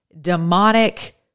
demonic